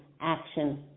action